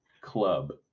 club